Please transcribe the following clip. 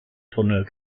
tunnel